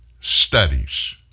studies